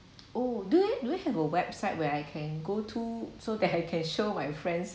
oh do do you have a website where I can go to so that I can show my friends